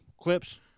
clips